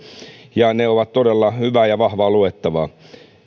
ja ne ovat todella hyvää ja vahvaa luettavaa